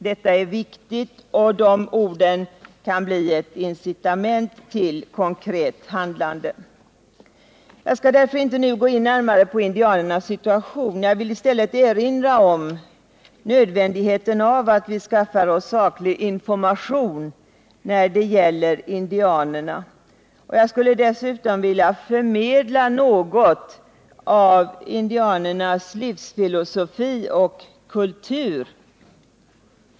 Detta är viktigt, och de orden kan bli ett incitament till konkret handlande. Jag skall därför inte nu gå in närmare på indianernas situation. Jag vill i stället erinra om nödvändigheten av att vi skaffar oss saklig information när det gäller indianerna. Jag skulle dessutom vilja förmedla något av indianernas livsfilosofi och kultur.